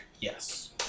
Yes